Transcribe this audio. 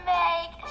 make